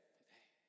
today